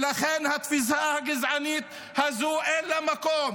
ולכן לתפיסה הגזענית הזאת אין מקום.